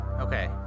Okay